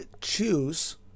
choose